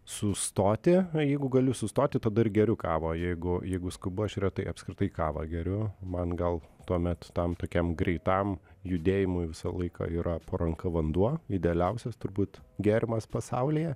sustoti jeigu galiu sustoti tada ir geriu kavą o jeigu jeigu skubu aš retai apskritai kavą geriu man gal tuomet tam tokiam greitam judėjimui visą laiką yra po ranka vanduo idealiausias turbūt gėrimas pasaulyje